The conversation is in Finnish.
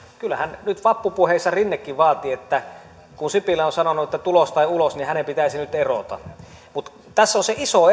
kyllähän nyt vappupuheissakin rinnekin vaati että kun sipilä on sanonut tulos tai ulos niin hänen pitäisi nyt erota mutta tässä on se iso